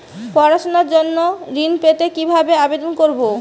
পড়াশুনা জন্য ঋণ পেতে কিভাবে আবেদন করব?